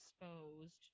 exposed